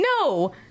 No